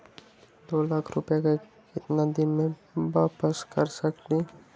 दो लाख रुपया के केतना दिन में वापस कर सकेली?